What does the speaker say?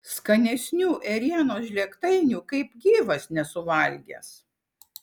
skanesnių ėrienos žlėgtainių kaip gyvas nesu valgęs